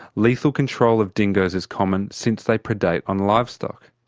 lethal control of dingoes is common since they predate on livestock.